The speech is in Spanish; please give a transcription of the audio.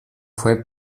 fue